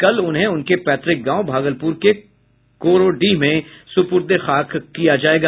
कल उन्हें उनके पैतृक गांव भागलपुर के कोरोडीह में सुपूर्द ए खाक किया जायेगा